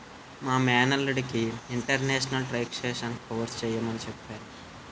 మా మేనల్లుడికి international taxation course చెయ్యమని చెప్పాను